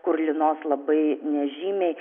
kur lynos labai nežymiai